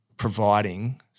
providing